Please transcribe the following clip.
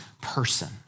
person